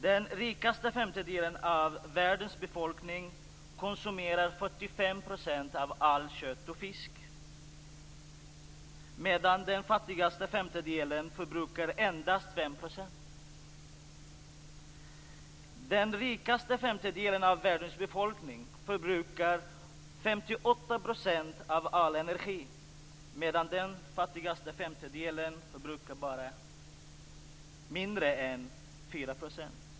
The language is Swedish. Den rikaste femtedelen av världens befolkning konsumerar 45 % av allt kött och all fisk medan den fattigaste femtedelen endast förbrukar 5 %. Den rikaste femtedelen av världens befolkningen förbrukar 58 % av all energi medan den fattigaste femtedelen förbrukar mindre än 4 %.